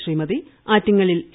ശ്രീമതി ആറ്റിങ്ങലിൽ എ